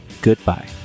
goodbye